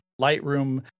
Lightroom